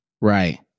Right